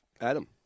Adam